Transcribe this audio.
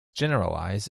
generalize